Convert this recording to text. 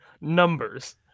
numbers